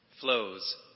flows